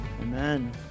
Amen